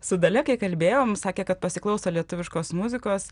su dalia kai kalbėjom sakė kad pasiklauso lietuviškos muzikos